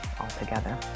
altogether